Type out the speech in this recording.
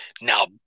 now